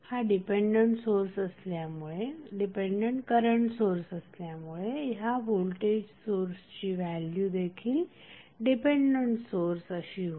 हा dependent current source असल्यामुळे ह्या व्होल्टेज सोर्सची व्हॅल्यु देखील डिपेंडंट सोर्स अशी होईल